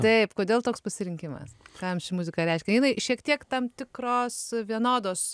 taip kodėl toks pasirinkimas ką jum ši muzika reiškia jinai šiek tiek tam tikros vienodos